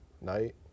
night